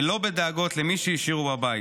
ולא בדאגות למי שהשאירו בבית.